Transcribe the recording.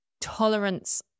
tolerance